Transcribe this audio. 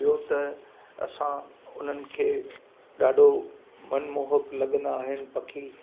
ॿियो त असां उन्हनि खे ॾाढो मनमोहक लॻंदा आहिनि पखी